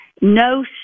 no